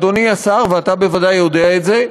אדוני השר, ואתה בוודאי יודע את זה,